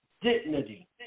dignity